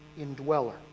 indweller